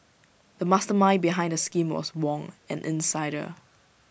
the mastermind behind the scheme was Wong an insider